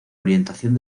orientación